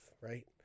right